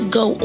go